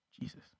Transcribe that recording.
Jesus